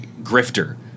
grifter